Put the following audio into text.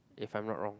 if I'm not wrong